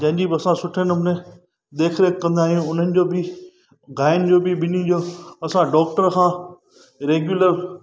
जंहिंजी बि असां सुठे नमूने देखरेख कंदा आहियूं उन्हनि जो बि गांइनि जो बि बिनि जो असां डॉक्टर खां रेग्युलर